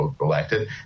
elected